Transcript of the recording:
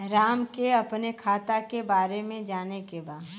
राम के अपने खाता के बारे मे जाने के बा?